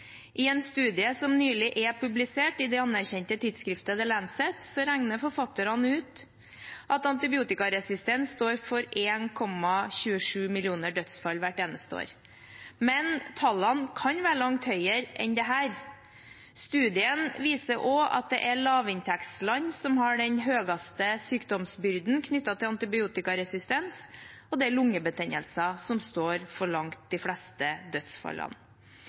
I en studie som nylig er publisert i det anerkjente tidsskriftet The Lancet, regnet forfatterne ut at antibiotikaresistens står for 1,27 millioner dødsfall hvert år, men tallene kan være langt høyere enn dette. Studien viser også at det er lavinntektsland som har den høyeste sykdomsbyrden knyttet til antibiotikaresistens, og det er lungebetennelser som står for langt de fleste dødsfallene.